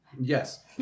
Yes